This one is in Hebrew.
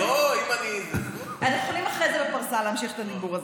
אנחנו יכולים אחר כך בפרסה להמשיך את הדיבור הזה.